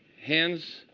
hands?